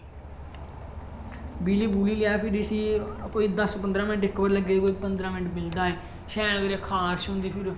बि'ली बु'ली लै फिर इसी कोई दस पंदरा मिन्ट बि'लदा ऐ एह शैल करियै खराश होंदी फिर